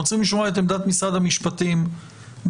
אנחנו צריכים לשמוע את עמדת משרד המשפטים בכלל,